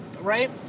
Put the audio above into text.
right